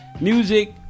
music